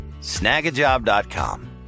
snagajob.com